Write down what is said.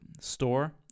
store